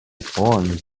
foreigners